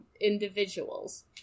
individuals